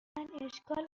اشکال